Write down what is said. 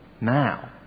now